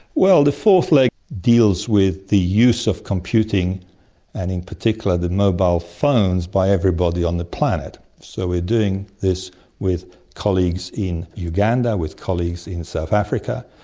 well, the fourth leg deals with the use of computing and in particular the mobile phones by everybody on the planet. so we're doing this with colleagues in uganda, with colleagues in south africa,